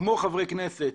כמו חברי כנסת,